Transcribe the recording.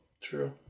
True